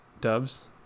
dubs